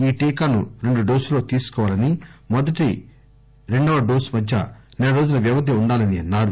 ఈ టీకాను రెండు డోసుల్లో తీసుకోవాలని మొదటి రెండవ డోస్ మధ్య సెల రోజుల వ్యవధి ఉండాలన్నారు